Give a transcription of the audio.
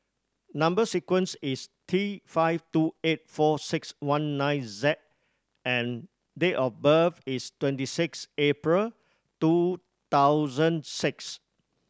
number sequence is T five two eight four six one nine Z and date of birth is twenty six April two thousand six